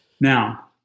Now